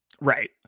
Right